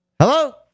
Hello